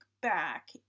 back